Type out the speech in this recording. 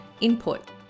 input